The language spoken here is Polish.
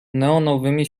neonowymi